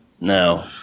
no